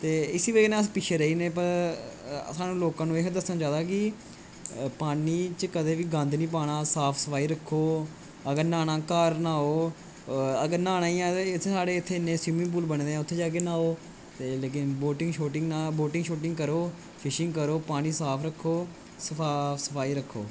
ते इसी बजहै ने अस पिछे रेही जने साह्नू लोकां नूं एह् ही दस्सना चाहिदा कि गंद नीं पाना साफ सफाई रक्खो अगर नहाना घार नहाओ अगर नहाना ही ऐ ते साढ़े इत्थे इनें स्विमिंग पूल बने दे जेह्दे कन्नै ओह् वोटिंग छोटिंग करो पानी साफ रक्खो साफ सफाई रक्खो